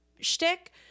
shtick